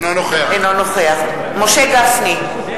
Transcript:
אינו נוכח משה גפני,